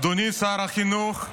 אדוני שר החינוך,